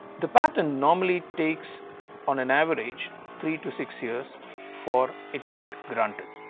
the patent normally takes on an average three to six years for it to get granted.